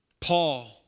Paul